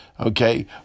Okay